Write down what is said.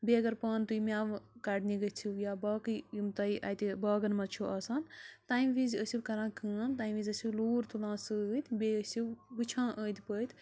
بیٚیہِ اگر پانہٕ تُہۍ مٮ۪وٕ کَڑنہِ گٔژھِو یا باقٕے یِم تۄہہِ اَتہِ باغَن منٛز چھُو آسان تَمہِ وِزِ ٲسِو کَران کٲم تَمہِ وِزِ ٲسِو لوٗر تُلان سۭتۍ بیٚیہِ ٲسِو وٕچھان أنٛدۍ پٔتۍ